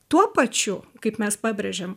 tuo pačiu kaip mes pabrėžiam